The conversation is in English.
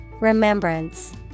Remembrance